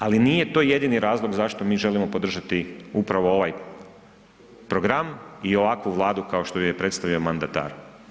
Ali nije to jedini razlog zašto mi želimo podržati upravo ovaj program i ovakvu Vladu kao što ju je predstavio mandatar.